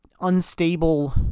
unstable